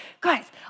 guys